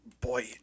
boy